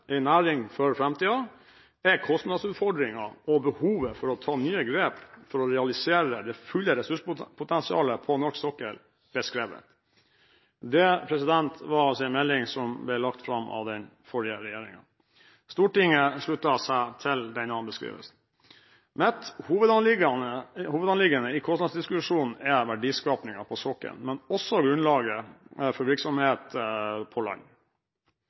næring for framtida, er kostnadsutfordringen og behovet for å ta nye grep for å realisere det fulle ressurspotensialet på norsk sokkel beskrevet. Det var en melding som ble lagt fram av den forrige regjeringen. Stortinget sluttet seg til denne beskrivelsen. Mitt hovedanliggende i kostnadsdiskusjonen er verdiskapingen på sokkelen, men også grunnlaget for virksomhet på land.